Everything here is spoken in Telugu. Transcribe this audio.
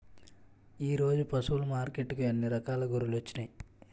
ఈరోజు పశువులు మార్కెట్టుకి అన్ని రకాల గొర్రెలొచ్చినాయ్